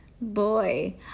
Boy